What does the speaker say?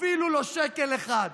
אפילו לא שקל אחד,